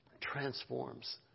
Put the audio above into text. transforms